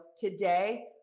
today